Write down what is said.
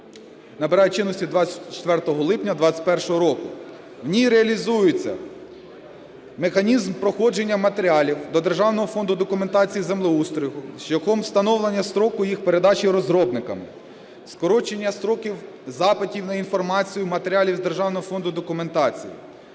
набирає чинності 24 липня 21-го року. В ній реалізується механізм проходження матеріалів до Державного фонду документації із землеустрою шляхом встановлення строку їх передачі розробникам, скорочення строків запитів на інформацію матеріалів з Державного фонду документації,